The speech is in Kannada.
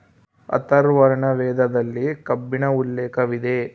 ಅಥರ್ವರ್ಣ ವೇದದಲ್ಲಿ ಕಬ್ಬಿಣ ಉಲ್ಲೇಖವಿದೆ